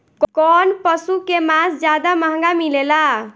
कौन पशु के मांस ज्यादा महंगा मिलेला?